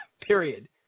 Period